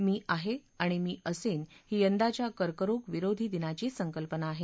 मी आहे आणि मी असेन ही यंदाच्या कर्करोग विरोधी दिनाची संकल्पना आहे